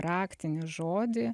raktinį žodį